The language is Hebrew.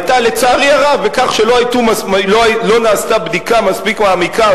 היתה לצערי הרב בכך שלא נעשתה בדיקה מספיק מעמיקה,